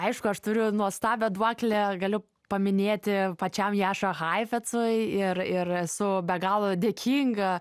aišku aš turiu nuostabią duoklę galiu paminėti pačiam jaša haifecui ir ir esu be galo dėkinga